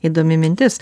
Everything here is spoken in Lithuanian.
įdomi mintis